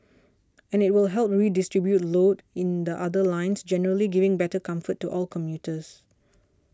and it will help redistribute load in the other lines generally giving better comfort to all commuters